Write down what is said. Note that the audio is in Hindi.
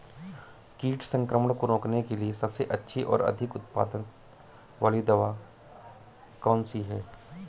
कीट संक्रमण को रोकने के लिए सबसे अच्छी और अधिक उत्पाद वाली दवा कौन सी है?